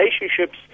relationships